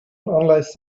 unless